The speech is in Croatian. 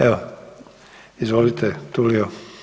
Evo izvolite Tulio.